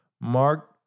Mark